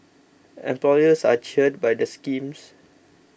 employers are cheered by the schemes